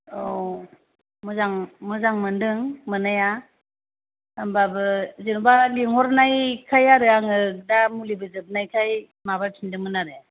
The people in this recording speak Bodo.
औ मोजां मोजां मोनदों मोन्नाया ओमबाबो जेनेबा लिंहरनायखाय आरो आङो दा मुलिबो जोबनायखाय माबा फिनदोमोन आरो